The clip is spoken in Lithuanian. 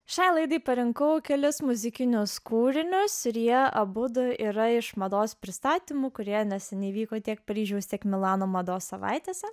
šiai laidai parinkau kelis muzikinius kūrinius kurie abudu yra iš mados pristatymų kurie neseniai įvyko tiek paryžiaus tiek milano mados savaitėse